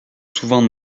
souvent